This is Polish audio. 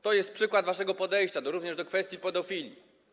To jest przykład waszego podejścia, również do kwestii pedofilii.